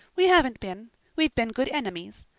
we haven't been we've been good enemies.